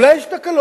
אולי יש תקלות,